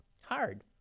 Hard